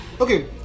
Okay